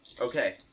Okay